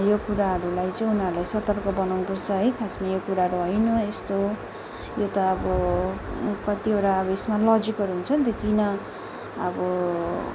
यो कुराहरलाई चाहिँ उनीहरूलाई सतर्क बनाउनुपर्छ है खासमा यो कुराहरू होइन यस्तो हो यो त अब कतिवटा अब यसमा लजिकहरू हुन्छ नि त किन अब